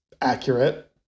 accurate